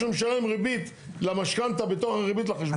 אתה מערבב לו את מה שהוא משלם ריבית למשכנתה בתוך הריבית לחשבון?